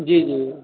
जी जी